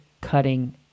cutting